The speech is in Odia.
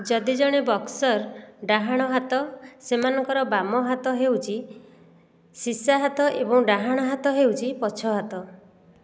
ଯଦି ଜଣେ ବକ୍ସର ଡାହାଣ ହାତ ସେମାନଙ୍କର ବାମ ହାତ ହେଉଛି ସୀସା ହାତ ଏବଂ ତାଙ୍କର ଡାହାଣ ହାତ ହେଉଛି ପଛ ହାତ